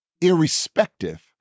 irrespective